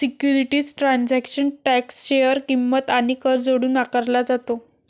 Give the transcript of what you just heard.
securities transaction tax share किंमत आणि कर जोडून आकारला जातो